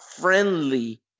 friendly